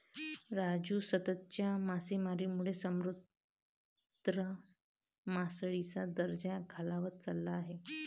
राजू, सततच्या मासेमारीमुळे समुद्र मासळीचा दर्जा खालावत चालला आहे